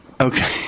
Okay